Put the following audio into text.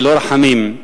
ללא רחמים,